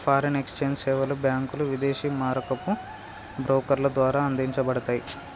foreign exchange సేవలు బ్యాంకులు, విదేశీ మారకపు బ్రోకర్ల ద్వారా అందించబడతయ్